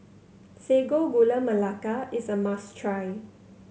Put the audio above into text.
Sago Gula Melaka is a must try